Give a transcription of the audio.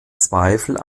zweifel